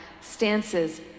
stances